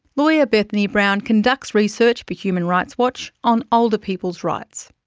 lawyer bethany brown conducts research for human rights watch on older people's rights.